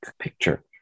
picture